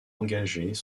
engagées